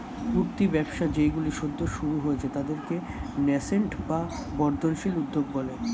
উঠতি ব্যবসা যেইগুলো সদ্য শুরু হয়েছে তাদেরকে ন্যাসেন্ট বা বর্ধনশীল উদ্যোগ বলে